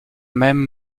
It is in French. même